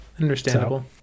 Understandable